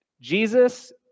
Jesus